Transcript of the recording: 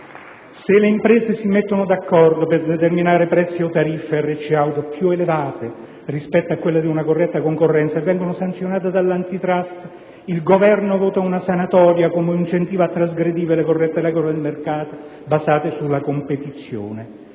se le imprese si mettono d'accordo per determinare prezzi o tariffe RC-Auto più elevate rispetto a quelle di una corretta concorrenza e vengono sanzionate dall'*Antitrust*, il Governo vota una sanatoria come incentivo a trasgredire le corrette regole del mercato basate sulla competizione.